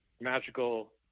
magical